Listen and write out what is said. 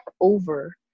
over